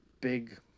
big